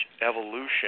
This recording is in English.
evolution